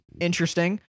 interesting